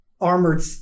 armored